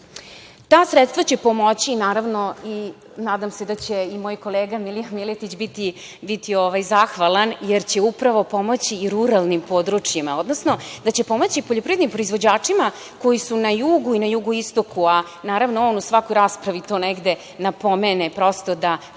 Ta sredstva će pomoći, naravno, i nadam se da će moj kolega Milija Miletić, biti zahvalan jer će upravo pomoći i ruralnim područjima, odnosno da će pomoći poljoprivrednim proizvođačima koji su na jugu i na jugoistoku, a naravno on u svakoj raspravi to negde napomene, prosto da treba